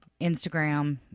Instagram